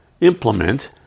implement